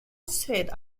said